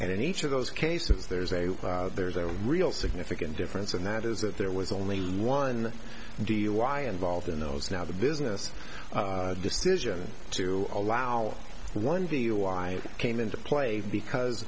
and in each of those cases there's a there's a real significant difference and that is that there was only one dui involved in those now the business decision to allow one dui came into play because